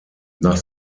nach